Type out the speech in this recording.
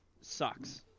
sucks